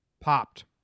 popped